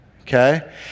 okay